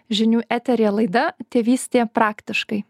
žinių eteryje laida tėvystė praktiškai